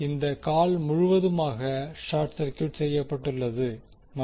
இந்த கால் முழுவதுமாக ஷார்ட் சர்கியூட் செய்யப்பட்டுள்ளது மற்றும் இப்போது